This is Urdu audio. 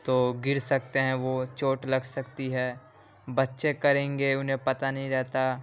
تو گر سکتے ہیں وہ چوٹ لگ سکتی ہے بچے کریں گے انہیں پتہ نہیں رہتا